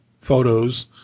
photos